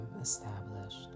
established